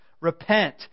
Repent